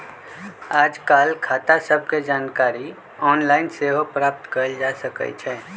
याजकाल खता सभके जानकारी ऑनलाइन सेहो प्राप्त कयल जा सकइ छै